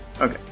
Okay